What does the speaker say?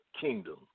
kingdom